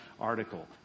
article